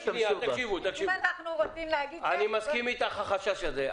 אני מסכים איתך על החשש הזה.